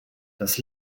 das